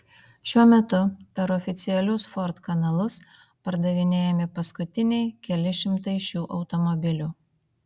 šiuo metu per oficialius ford kanalus pardavinėjami paskutiniai keli šimtai šių automobilių